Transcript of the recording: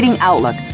Outlook